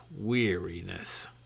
weariness